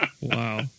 Wow